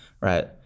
right